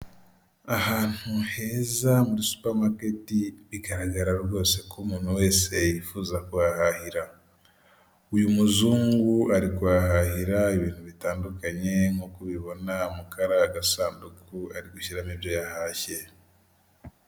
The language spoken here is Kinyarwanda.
Ahantu heza muri supamaketi bigaragara rwose ko umuntu wese yifuza kuhahahira, uyu muzungu ari kuhahira ibintu bitandukanye nk'uko ubibona muri kariya gasanduku ari gushyiramo ibyo yahashye,